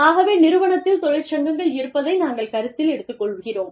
ஆகவே நிறுவனத்தில் தொழிற்சங்கங்கள் இருப்பதை நாங்கள் கருத்தில் எடுத்துக் கொள்கிறோம்